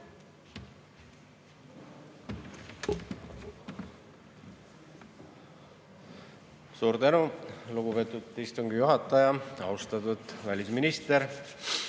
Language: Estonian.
Suur tänu, lugupeetud istungi juhataja! Austatud välisminister!